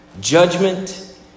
judgment